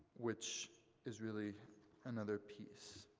which is really another piece.